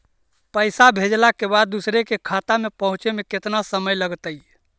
पैसा भेजला के बाद दुसर के खाता में पहुँचे में केतना समय लगतइ?